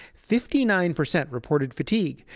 fifty nine percent reported fatigue.